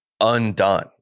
undone